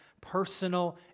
personal